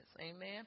Amen